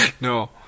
No